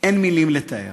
אין מילים לתאר.